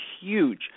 huge